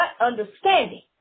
Understanding